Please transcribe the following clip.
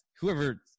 Whoever